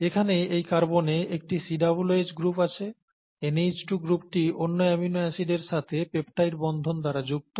এখানে এই কার্বনে একটি COOH গ্রুপ আছে NH2 গ্রুপটি অন্য অ্যামিনো অ্যাসিডের সাথে পেপটাইড বন্ধন দ্বারা যুক্ত